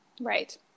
Right